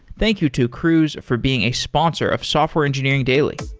thank you to cruise for being a sponsor of software engineering daily